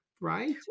Right